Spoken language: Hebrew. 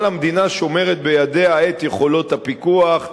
אבל המדינה שומרת בידיה את יכולת הפיקוח,